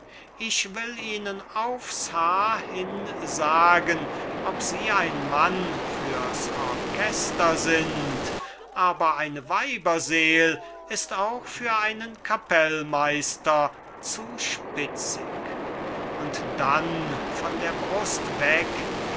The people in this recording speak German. ich will ihnen aufs haar hin sagen ob sie ein mann fürs orchester sind aber eine weiberseel ist auch für einen kapellmeister zu spitzig und dann von der brust weg